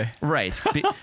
Right